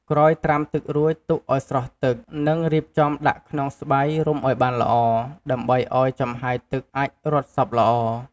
ក្រោយត្រាំទឹករួចទុកឱ្យស្រស់ទឹក និងរៀបចំដាក់ក្នុងស្បៃ រុំឱ្យបានល្អ ដើម្បីឱ្យចំហាយទឹកអាចរត់សព្វល្អ។